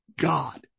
God